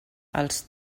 els